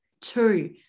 Two